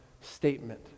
statement